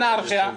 אנרכיה.